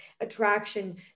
attraction